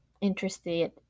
interested